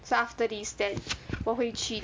so after this then 我会去